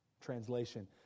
translation